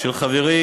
של חברי